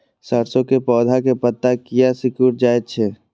सरसों के पौधा के पत्ता किया सिकुड़ जाय छे?